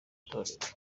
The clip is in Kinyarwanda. torero